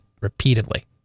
repeatedly